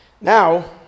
Now